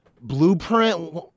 Blueprint